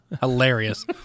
hilarious